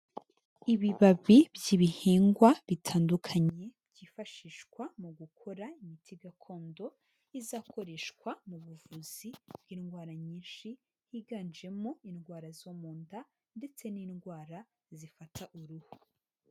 Ibibabi by'ibihingwa bitandukanye, byifashishwa mu gukora imiti gakondo, izakoreshwa mu buvuzi bw'indwara nyinshi, higanjemo indwara zo mu nda ndetse n'indwara zifata uruhu.